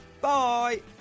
Bye